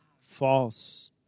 false